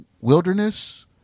Wilderness